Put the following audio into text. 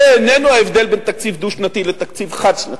זה איננו ההבדל בין תקציב דו-שנתי לתקציב חד-שנתי.